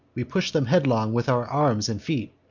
we push them headlong with our arms and feet.